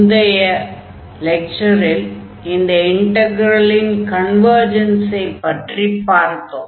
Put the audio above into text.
முந்தைய லெக்சரில் இந்த இன்டக்ரலின் கன்வர்ஜன்ஸை பற்றிப் பார்த்தோம்